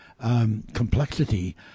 complexity